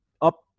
up